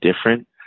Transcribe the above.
different